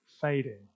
fading